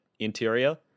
Interior